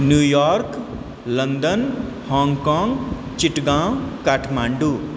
New York London हाँगकाँग चटगाँव काठमाण्डू